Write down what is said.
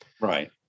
Right